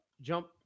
jump